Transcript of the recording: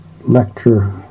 lecture